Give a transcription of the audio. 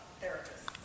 therapists